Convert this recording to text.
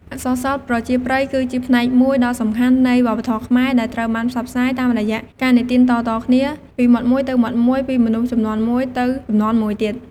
អក្សរសិល្ប៍ប្រជាប្រិយគឺជាផ្នែកមួយដ៏សំខាន់នៃវប្បធម៌ខ្មែរ ដែលត្រូវបានផ្សព្វផ្សាយតាមរយៈការនិទានតៗគ្នាពីមាត់មួយទៅមាត់មួយ ពីមនុស្សជំនាន់មួយទៅជំនាន់មួយទៀត។